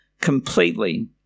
Completely